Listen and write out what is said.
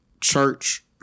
church